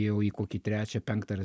jau į kokį trečią penktą ar